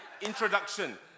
introduction